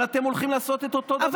אבל אתם הולכים לעשות את אותו הדבר עכשיו.